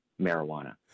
marijuana